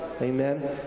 Amen